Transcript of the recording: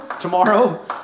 tomorrow